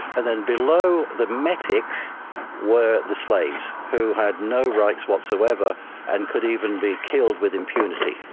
and then below the metics were the slaves who had no rights whatsoever and could even be killed with impunity.